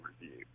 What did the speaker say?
review